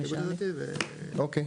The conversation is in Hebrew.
אוקיי.